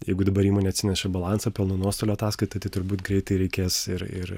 jeigu dabar įmonė atsineša balansą pelno nuostolio ataskaitą turbūt greitai reikės ir ir